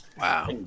Wow